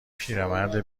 پیرمرد